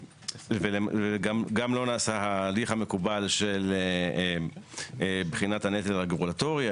גם לא נעשה ההליך המקובל של בחינת הנטל הרגולטורי,